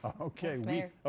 Okay